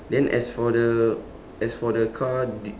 then as for the as for the car did